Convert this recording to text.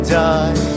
die